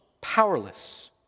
powerless